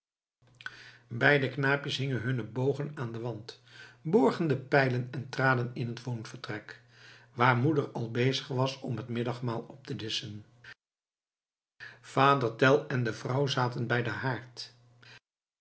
beide knaapjes hingen hunne bogen aan den wand borgen de pijlen en traden in het woonvertrek waar moeder al bezig was om het middagmaal op te disschen vader tell en de vrouw zaten bij den haard